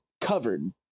covered